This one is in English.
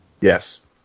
Yes